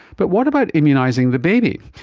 but what about immunising the baby?